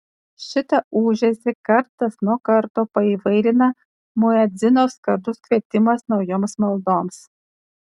šitą ūžesį kartas nuo karto paįvairina muedzino skardus kvietimas naujoms maldoms